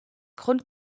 grund